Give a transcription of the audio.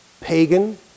pagan